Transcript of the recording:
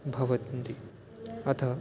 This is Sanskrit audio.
भवन्ति अतः